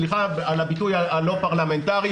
סליחה על הביטוי הלא פרלמנטרי,